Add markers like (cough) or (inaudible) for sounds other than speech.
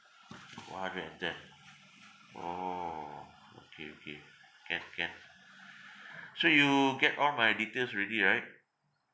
one hundred and ten orh okay okay can can (breath) so you get all my details already right